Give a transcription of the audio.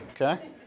Okay